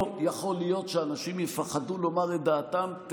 לא יכול להיות שאנשים יפחדו לומר את דעתם,